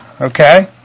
Okay